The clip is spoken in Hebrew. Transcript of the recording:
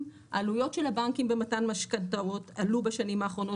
העלויות של הבנקים במתן משכנתאות עלו בשנים האחרונות